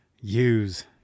use